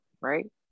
right